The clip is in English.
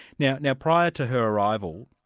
now now prior to her arrival,